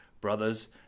brothers